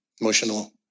emotional